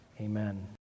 amen